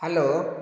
hello